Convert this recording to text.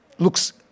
looks